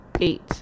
Eight